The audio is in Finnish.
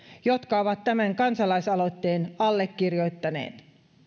jotka ovat tämän kansalaisaloitteen allekirjoittaneet